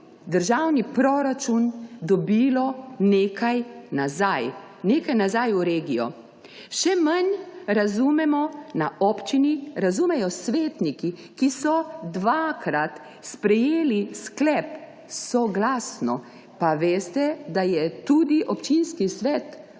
državni proračun, dobilo nekaj nazaj, nekaj nazaj v regijo. Še manj razumemo na občini, razumejo svetniki, ki so dvakrat sprejeli sklep soglasno, pa veste, da je tudi občinski svet